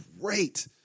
great